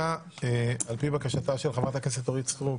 09:00 אבל על פי בקשתה של חברת הכנסת אורית סטרוק